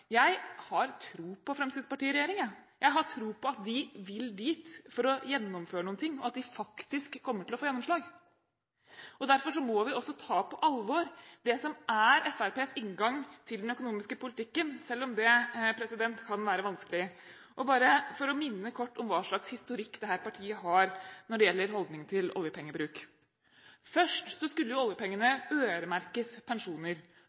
Jeg har tro på Fremskrittspartiet i regjering. Jeg har tro på at de vil dit for å gjennomføre noe, og at de faktisk kommer til å få gjennomslag. Derfor må vi også ta på alvor det som er Fremskrittspartiets inngang til den økonomiske politikken, selv om det kan være vanskelig. Bare for kort å minne om hva slags historikk dette partiet har når det gjelder holdningen til oljepengebruk: Først skulle oljepengene øremerkes pensjoner. Så skulle